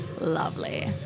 Lovely